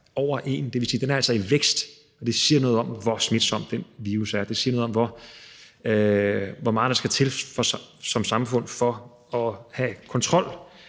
over 1, og det vil sige, at den altså er i vækst, og det siger noget om, hvor smitsom den virus er. Og det siger noget om, hvor meget der skal til, for at man som samfund kan have kontrol